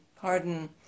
pardon